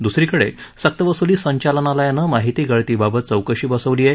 द्सरीकडे सक्तवस्ली संचालनालयानं माहितीगळती बाबत चौकशी बसवली आहे